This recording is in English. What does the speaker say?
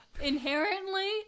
Inherently